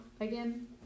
again